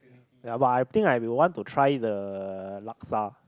ya but I think I will want to try the Laksa